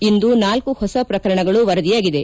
ಇಂದು ನಾಲ್ಕು ಹೊಸ ಪ್ರಕರಣಗಳು ವರದಿಯಾಗಿದೆ